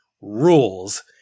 rules